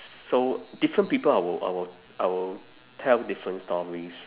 so different people I will I will I will tell different stories